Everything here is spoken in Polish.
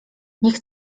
niech